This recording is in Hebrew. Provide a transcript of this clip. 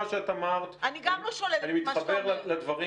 כמו שאמרת --- אני גם לא שוללת את מה שאתה אומר.